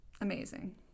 amazing